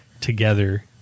together